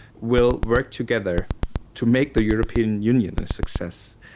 will work together to make the european union a success,